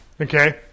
Okay